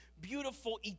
beautiful